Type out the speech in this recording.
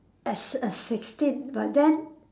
as a sixteen but then